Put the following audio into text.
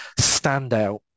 standout